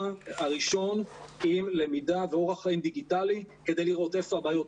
הראשון עם למידה ואורח חיים דיגיטלי כדי לראות איפה הבעיות,